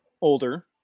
older